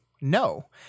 no